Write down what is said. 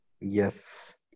Yes